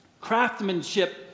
Craftsmanship